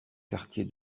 quartier